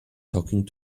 talking